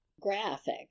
Graphic